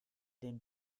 den